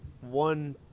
One